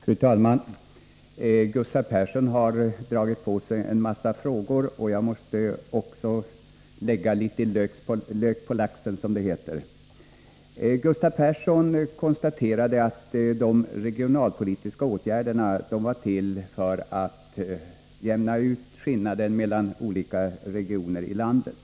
Fru talman! Gustav Persson har dragit på sig en mängd frågor, och även jag måste lägga litet lök på laxen, som det heter. Gustav Persson konstaterade att de regionalpolitiska åtgärderna var till för att jämna ut skillnaderna mellan olika regioner i landet.